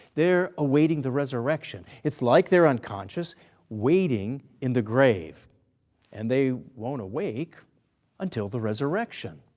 they're awaiting the resurrection. it's like they're unconscious waiting in the grave and they won't awake until the resurrection.